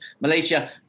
Malaysia